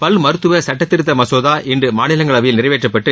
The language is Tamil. பல் மருத்துவ சட்டத்திருத்த மசோதா இன்று மாநிலங்களவையில் நிறைவேற்றப்பட்டு